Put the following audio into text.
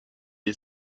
ihr